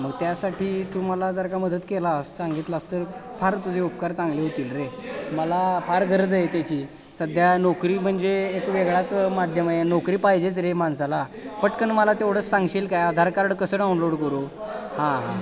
मग त्यासाठी तू मला जर का मदत केलास सांगितलास तर फार तुझे उपकार चांगले होतील रे मला फार गरज आहे त्याची सध्या नोकरी म्हणजे एक वेगळाच माध्यम आहे नोकरी पाहिजेच रे माणसाला पटकन मला तेवढंच सांगशील काय आधार कार्ड कसं डाऊनलोड करू हां हां